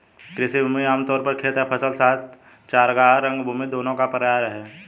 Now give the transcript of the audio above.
कृषि भूमि आम तौर पर खेत या फसल के साथ चरागाह, रंगभूमि दोनों का पर्याय है